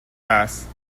است